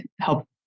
help